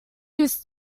used